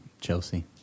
Chelsea